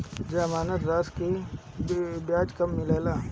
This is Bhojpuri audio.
जमानद राशी के ब्याज कब मिले ला?